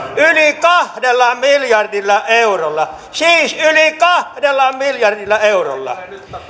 yli kahdella miljardilla eurolla siis yli kahdella miljardilla eurolla